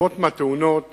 ורבות מהתאונות